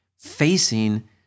facing